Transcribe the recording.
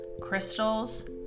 crystals